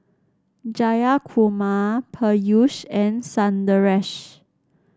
Jayakumar Peyush and Sundaresh